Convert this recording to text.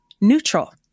neutral